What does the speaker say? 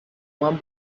one